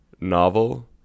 novel